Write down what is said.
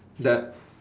that